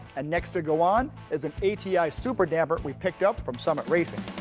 and next to go on is an a t i super damper we picked up from summit racing.